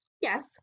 Yes